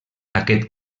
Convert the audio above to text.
aquest